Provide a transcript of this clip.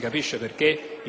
capisce perché,